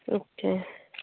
okay